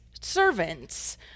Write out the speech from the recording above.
servants